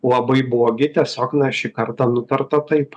labai blogi tiesiog na šį kartą nutarta taip